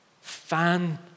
fan